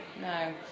No